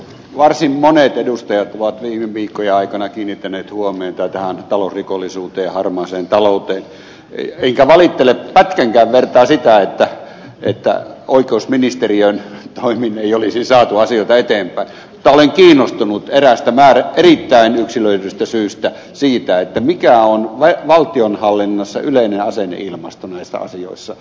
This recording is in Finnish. varsin monet edustajat ovat viime viikkojen aikana kiinnittäneet huomiota tähän talousrikollisuuteen ja harmaaseen talouteen enkä valittele pätkänkään vertaa sitä että oikeusministeriön toimin ei olisi saatu asioita eteenpäin mutta olen kiinnostunut eräästä erittäin yksilöidystä syystä siitä mikä on valtionhallinnossa yleinen asenneilmasto näissä asioissa